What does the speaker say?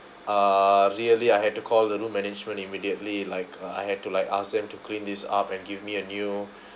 uh really I had to call the room management immediately like uh I had to like ask them to clean this up and give me a new